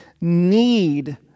need